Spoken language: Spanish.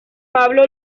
pablo